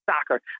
soccer